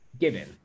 given